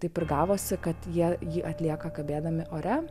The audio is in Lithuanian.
taip ir gavosi kad jie jį atlieka kabėdami ore